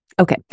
okay